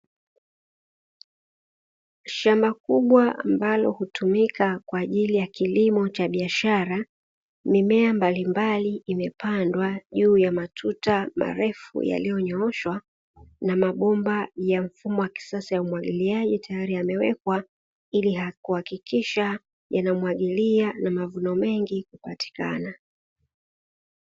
Shamba kubwa ambalo hutumika kwa ajili ya kilimo cha biashara, mimea mbalimbali imepandwa juu ya matuta marefu yaliyonyooshwa, na mabomba ya mfumo wa kisasa wa umwagiliaji tayari yamewekwa, ili kuhakikisha yanamwagilia na mavuno mengi kupatikana.